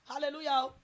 Hallelujah